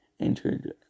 entered